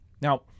Now